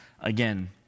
again